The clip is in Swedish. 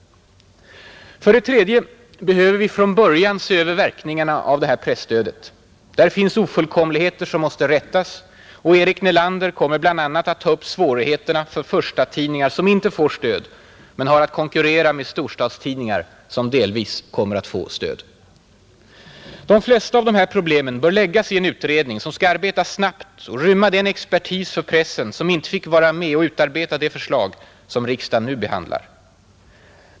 För det tredje behöver vi från början se över verkningarna av det här presstödet. Där finns ofullkomligheter som måste rättas, och Eric Nelander kommer bl.a. att ta upp svårigheterna för förstatidningar som inte får stöd men har att konkurrera med storstadstidningar som delvis kommer att få stöd. De flesta av de här problemen bör läggas i en utredning som skall arbeta snabbt och rymma den expertis från pressen som inte fick vara med och utarbeta det förslag som riksdagen nu behandlar.